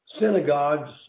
synagogues